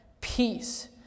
Peace